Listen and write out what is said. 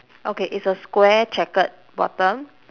okay it's a square checkered bottom